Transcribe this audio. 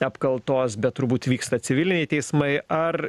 apkaltos bet turbūt vyksta civiliniai teismai ar